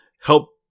help